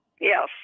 Yes